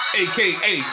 aka